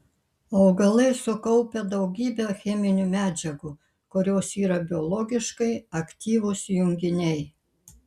augalai sukaupia daugybę cheminių medžiagų kurios yra biologiškai aktyvūs junginiai